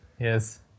Yes